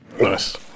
Nice